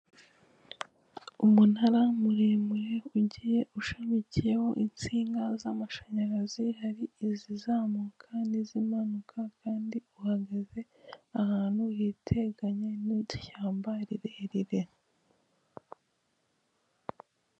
Umunara muremure ugiye ushamikiyeho insinga z'amashanyarazi hari izizamuka n'izimanuka kandi uhagaze ahantu hiteganye n'ishyamba rirerire.